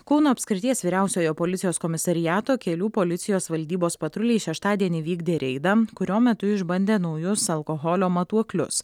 kauno apskrities vyriausiojo policijos komisariato kelių policijos valdybos patruliai šeštadienį vykdė reidą kurio metu išbandė naujus alkoholio matuoklius